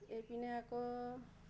এই পিনে আকৌ